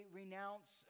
renounce